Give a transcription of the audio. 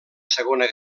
segona